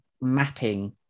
mapping